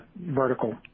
vertical